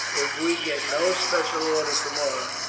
if we get no special orders tomorrow,